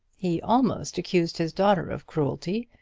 he almost accused his daughter of cruelty,